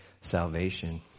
salvation